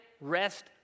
rest